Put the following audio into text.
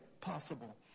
possible